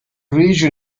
region